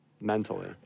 mentally